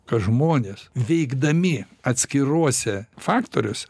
kad žmonės veikdami atskiruose faktoriuose